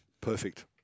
Perfect